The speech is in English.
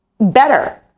better